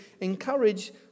encourage